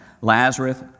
Lazarus